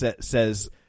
says